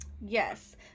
Yes